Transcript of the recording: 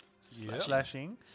slashing